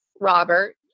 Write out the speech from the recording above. Robert